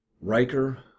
Riker